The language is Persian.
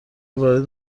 وارد